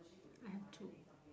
I have two